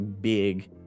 big